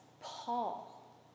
Paul